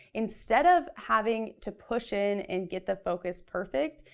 instead of having to push in and get the focus perfect,